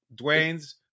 Dwayne's